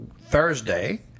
Thursday